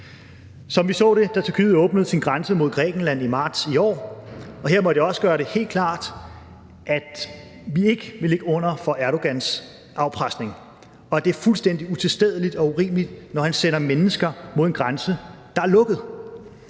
som vi så det, da Tyrkiet åbnede sin grænse mod Grækenland i marts i år. Her måtte jeg også gøre det helt klart, at vi ikke vil ligge under for Erdogans afpresning, og at det er fuldstændig utilstedeligt og urimeligt, når han sender mennesker mod en grænse, der er lukket.